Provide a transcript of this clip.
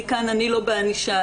אני לא בענישה,